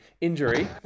injury